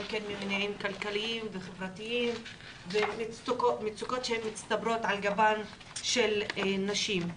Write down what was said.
כן ממניעים כלכליים וחברתיים וממצוקות שמצטברות על גבן של נשים.